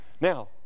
now